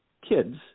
kids